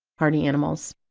party animals!